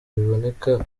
biboneka